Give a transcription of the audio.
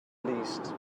least